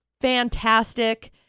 fantastic